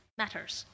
matters